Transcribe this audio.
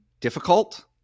difficult